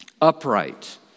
upright